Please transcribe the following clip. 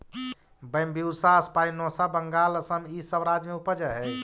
Bambusa spinosa Bengal, Assam इ सब राज्य में उपजऽ हई